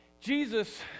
Jesus